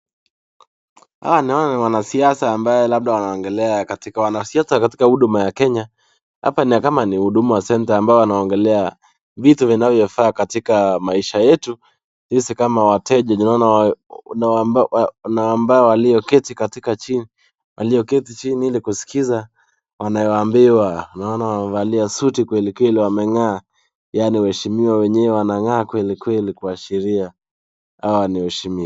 Hawa ni wanasiasa ambaye labda wanaongelea katika, wanasiasa katika huduma ya Kenya. Hapa ni kama ni huduma center ambayo wanaongelea vitu vinavyofaa katika maisha yetu sisi kama wateja. Naona na ambao walioketi katika chini, walioketi chini ili kusikiza wanayoambiwa. Naona wamevalia suti kweli kweli, wameng'aa. Yaani waheshimiwa wenyewe wanang'aa kweli kweli kuashiria hawa ni waheshimiwa.